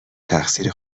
تقصیر